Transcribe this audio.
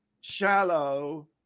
Shallow